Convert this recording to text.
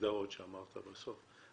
בהגדרות שאמרת בסוף.